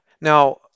now